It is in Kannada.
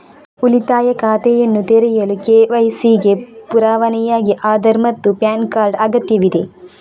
ಉಳಿತಾಯ ಖಾತೆಯನ್ನು ತೆರೆಯಲು ಕೆ.ವೈ.ಸಿ ಗೆ ಪುರಾವೆಯಾಗಿ ಆಧಾರ್ ಮತ್ತು ಪ್ಯಾನ್ ಕಾರ್ಡ್ ಅಗತ್ಯವಿದೆ